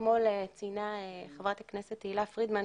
אתמול ציינה חברת הכנסת תהלה פרידמן